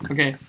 Okay